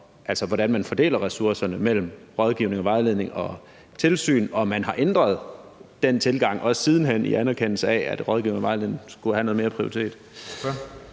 for, hvordan man fordeler ressourcerne mellem rådgivning og vejledning og tilsyn, og at man har ændret den tilgang siden hen i anerkendelse af, at rådgivning og vejledning skulle prioriteres